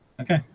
Okay